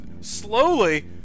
Slowly